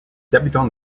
habitants